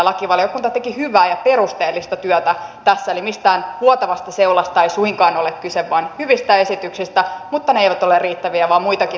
lakivaliokunta teki hyvää ja perusteellista työtä tässä eli mistään vuotavasta seulasta ei suinkaan ole kyse vaan hyvistä esityksistä mutta ne eivät ole riittäviä muitakin tarvitaan